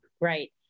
right